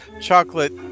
chocolate